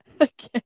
Okay